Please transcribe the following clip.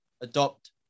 adopt